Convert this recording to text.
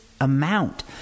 Amount